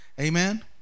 Amen